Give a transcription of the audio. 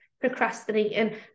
procrastinating